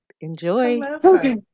Enjoy